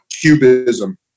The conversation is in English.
cubism